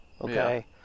Okay